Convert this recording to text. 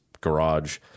garage